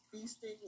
feasting